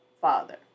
father